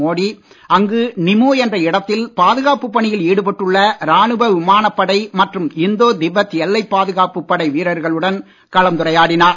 மோடி அங்கு நிமு என்ற இடத்தில் பாதுகாப்புப் பணியில் ஈடுபட்டுள்ள ராணுவ விமானப்படை மற்றும் இந்தோ திபெத் எல்லை பாதுகாப்புப் படை வீரர்களுடன் கலந்துரையாடினார்